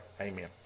Amen